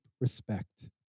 respect